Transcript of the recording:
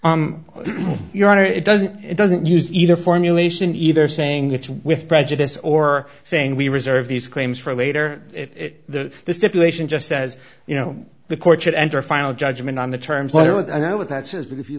your honor it doesn't it doesn't use either formulation either saying it's with prejudice or saying we reserve these claims for later it the stipulation just says you know the court should enter final judgment on the terms whatever that i am with that says but if you